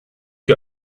que